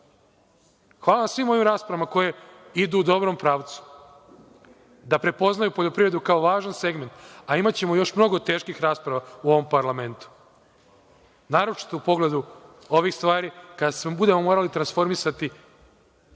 svima ovim raspravama koje idu u dobrom pravcu, da prepoznaju poljoprivredu kao važan segment, a imaćemo još mnogo teških rasprava u ovom parlamentu, naročito u pogledu ovih stvari, kada se budemo morali transformisati